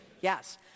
Yes